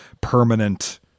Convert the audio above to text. permanent